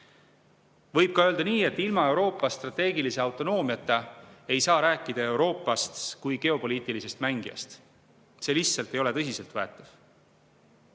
Võib ka öelda nii, et ilma Euroopa strateegilise autonoomiata ei saa rääkida Euroopast kui geopoliitilisest mängijast. See lihtsalt ei ole tõsiselt võetav.